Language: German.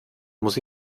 muss